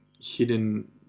hidden